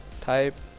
type